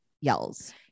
yells